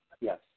Yes